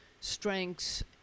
strengths